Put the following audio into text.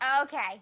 okay